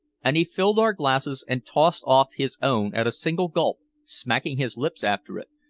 and he filled our glasses, and tossed off his own at a single gulp, smacking his lips after it,